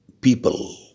people